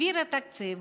העבירה תקציב,